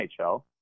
NHL